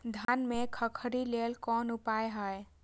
धान में खखरी लेल कोन उपाय हय?